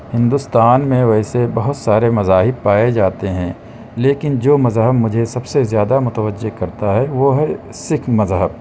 ہندوستان میں ویسے بہت سارے مذاہب پائے جاتے ہیں لیکن جو مذہب مجھے سب سے زیادہ متوجہ کرتا ہے وہ ہے سِکھ مذہب